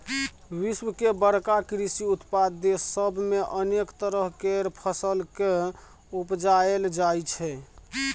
विश्व के बड़का कृषि उत्पादक देस सब मे अनेक तरह केर फसल केँ उपजाएल जाइ छै